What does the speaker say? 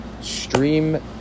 Stream